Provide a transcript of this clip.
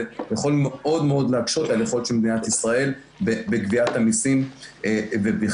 יכול מאוד מאוד להקשות על היכולת של מדינת ישראל בגביית המיסים ובכלל.